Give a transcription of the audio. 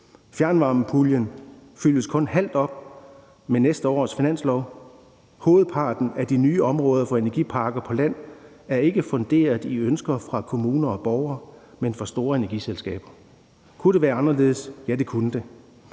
fjernvarmepuljen fyldes kun halvt op med næste års finanslov, og hovedparten af de nye områder for energiparker på land er ikke funderet i ønsker fra kommuner og borgere, men fra store energiselskaber. Kunne det være anderledes? Ja, det kunne det.